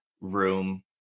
room